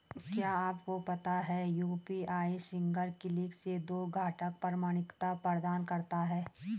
क्या आपको पता है यू.पी.आई सिंगल क्लिक से दो घटक प्रमाणिकता प्रदान करता है?